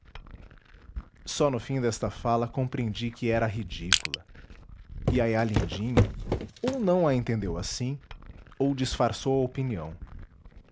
só no fim desta fala compreendi que era ridícula iaiá lindinha ou não a entendeu assim ou disfarçou a opinião